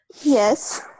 Yes